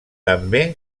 també